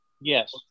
yes